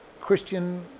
Christian